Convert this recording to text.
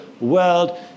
world